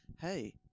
Hey